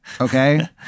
Okay